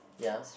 ya